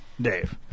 Dave